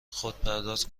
خودپرداز